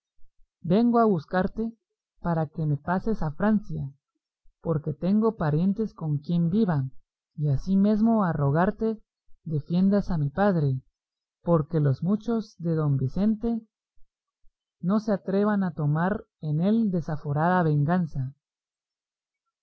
vengo a buscarte para que me pases a francia donde tengo parientes con quien viva y asimesmo a rogarte defiendas a mi padre porque los muchos de don vicente no se atrevan a tomar en él desaforada venganza